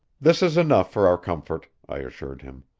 this is enough for our comfort, i assured him.